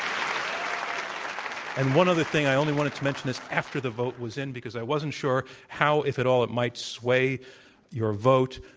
um and one other thing, i only wanted to mention this after the vote was in because i wasn't sure how, if at all, it might sway your vote.